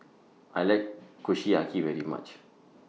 I like Kushiyaki very much